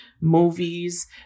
movies